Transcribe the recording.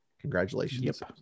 congratulations